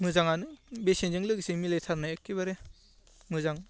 मोजाङानो बेसेनजों लोगोसे मिलायथारनाय एकेबारे मोजां